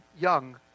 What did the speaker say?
young